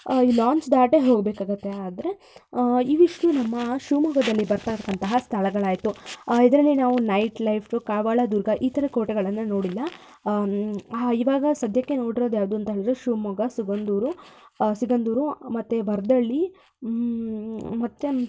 ಈ ಲಾಂಚ್ ದಾಟೇ ಹೋಗ್ಬೇಕಾಗತ್ತೆ ಆದರೆ ಇವಿಷ್ಟು ನಮ್ಮ ಶಿವಮೊಗ್ಗದಲ್ಲಿ ಬರತಕ್ಕಂತಹ ಸ್ಥಳಗಳಾಯಿತು ಇದರಲ್ಲಿ ನಾವು ನೈಟ್ ಲೈಫು ಕವಳೆ ದುರ್ಗಾ ಈ ಥರ ಕೋಟೆಗಳನ್ನ ನೋಡಿಲ್ಲ ಈವಾಗ ಸದ್ಯಕ್ಕೆ ನೋಡಿರೋದು ಯಾವ್ದಂತ ಹೇಳಿದ್ರೆ ಶಿವಮೊಗ್ಗ ಸಿಗಂದೂರು ಸಿಗಂದೂರು ಮತ್ತು ವರದಹಳ್ಳಿ ಮತ್ತು